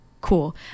cool